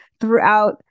throughout